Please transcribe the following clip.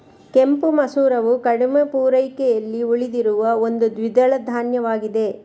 ಕೆಂಪು ಮಸೂರವು ಕಡಿಮೆ ಪೂರೈಕೆಯಲ್ಲಿ ಉಳಿದಿರುವ ಒಂದು ದ್ವಿದಳ ಧಾನ್ಯವಾಗಿದೆ